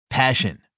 Passion